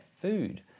food